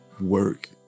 work